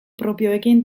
propioekin